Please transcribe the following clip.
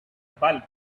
bulk